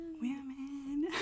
Women